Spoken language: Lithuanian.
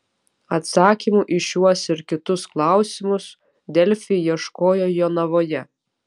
atsakymų į šiuos ir kitus klausimus delfi ieškojo jonavoje